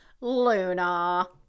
Luna